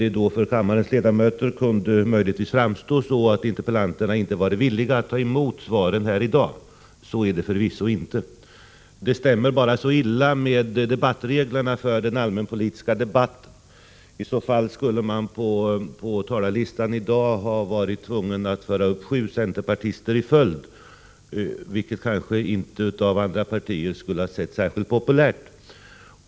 Det kunde för kammarens ledamöter möjligtvis framstå så, att interpellanterna inte varit villiga att ta emot svaren här i dag. Så är det förvisso inte. Att föra en interpellationsdebatt i dag stämmer bara så illa med debattreglerna som gäller för den allmänpolitiska debatten. I så fall skulle man på talarlistan i dag ha varit tvungen att föra upp sju centerpartister i följd, vilket andra partier kanske inte hade funnit populärt.